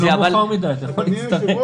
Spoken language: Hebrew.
עוד לא מאוחר מדי, אתה יכול להצטרף.